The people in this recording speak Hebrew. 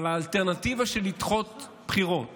אבל האלטרנטיבה של לדחות בחירות